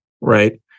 right